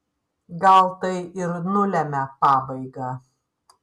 gal tai ir nulemia pabaigą